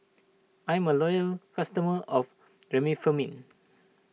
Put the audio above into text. I'm a loyal customer of Remifemin